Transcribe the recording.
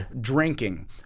Drinking